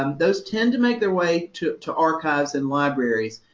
um those tend to make their way to to archives in libraries,